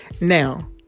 now